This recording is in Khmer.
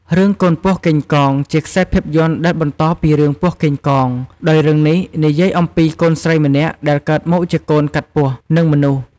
រឿង កូនពស់កេងកង ជាខ្សែភាពយន្តដែលបន្តពីរឿងពស់កេងកង ដោយរឿងនេះនិយាយអំពី កូនស្រីម្នាក់ដែលកើតមកជាកូនកាត់ពស់ និងមនុស្ស។